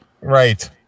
right